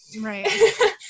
right